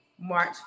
March